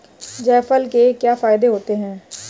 जायफल के क्या फायदे होते हैं?